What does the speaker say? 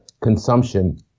consumption